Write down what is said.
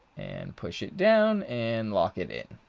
and push it down and lock it in.